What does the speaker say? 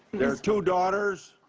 their two daughters.